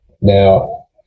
now